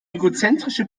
egozentrische